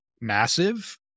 Massive